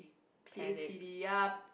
P A T D ya